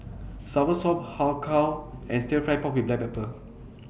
Soursop Har Kow and Stir Fry Pork with Black Pepper